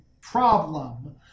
problem